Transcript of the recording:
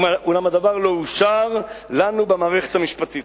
אולם הדבר לא אושר לנו במערכת המשפטית.